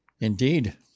Indeed